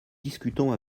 discutons